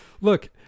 Look